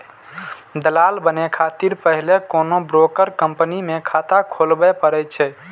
दलाल बनै खातिर पहिने कोनो ब्रोकर कंपनी मे खाता खोलबय पड़ै छै